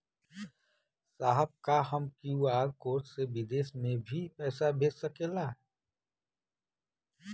साहब का हम क्यू.आर कोड से बिदेश में भी पैसा भेज सकेला?